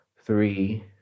three